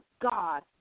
God